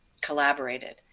collaborated